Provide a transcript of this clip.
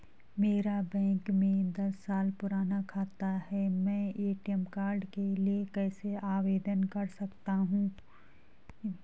मेरा बैंक में दस साल पुराना खाता है मैं ए.टी.एम कार्ड के लिए कैसे आवेदन कर सकता हूँ?